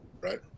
right